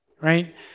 Right